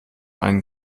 einen